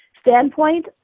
standpoint